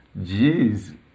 Jeez